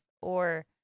or-